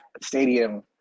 Stadium